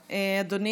נתקבלה.